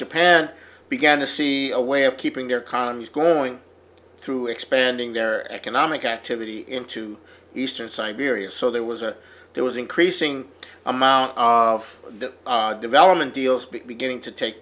japan began to see a way of keeping their colonies going through expanding their economic activity into eastern siberia so there was a there was increasing amount of development deals beginning to take